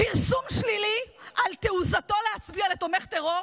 פרסום שלילי על תעוזתו להצביע לתומך טרור